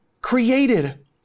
created